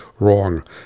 wrong